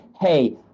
hey